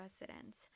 residents